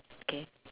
okay